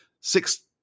six